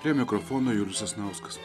prie mikrofono julius sasnauskas